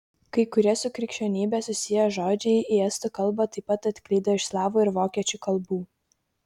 kai kurie su krikščionybe susiję žodžiai į estų kalbą taip pat atklydo iš slavų ir vokiečių kalbų